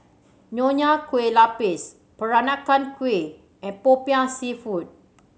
Nonya Kueh Lapis Peranakan Kueh and Popiah Seafood